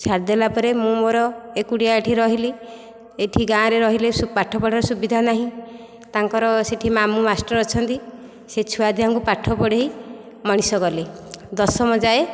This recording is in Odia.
ଛାଡ଼ିଦେଲା ପରେ ମୁଁ ମୋର ଏକୁଟିଆ ଏଠି ରହିଲି ଏଠି ଗାଁରେ ରହିଲେ ସବୁ ପାଠ ପଢ଼ାର ସୁବିଧା ନାହିଁ ତାଙ୍କର ସେଠି ମାମୁଁ ମାଷ୍ଟର ଅଛନ୍ତି ସେ ଛୁଆ ଦୁଇ ଜଣକୁ ପାଠ ପଢ଼ାଇ ମଣିଷ କଲେ ଦଶମ ଯାଏ